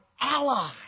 ally